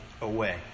away